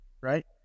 right